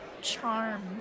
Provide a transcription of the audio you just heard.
charm